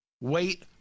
Wait